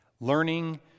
learning